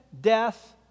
death